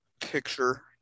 picture